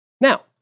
Now